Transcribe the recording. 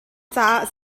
caah